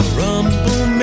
rumble